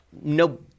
no